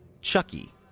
Chucky